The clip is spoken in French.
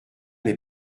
les